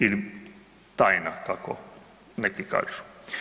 Ili tajna, kako neku kažu.